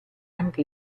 anche